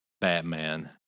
Batman